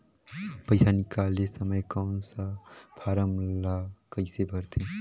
पइसा निकाले समय कौन सा फारम ला कइसे भरते?